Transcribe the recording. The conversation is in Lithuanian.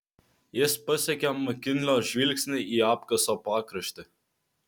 jis pasekė makinlio žvilgsnį į apkaso pakraštį